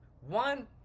one